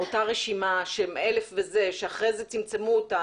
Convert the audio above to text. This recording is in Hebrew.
אותה רשימה שאחרי זה צמצמו אותה,